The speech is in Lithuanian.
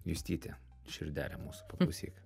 justyte širdele mūsų paklausyk